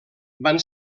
van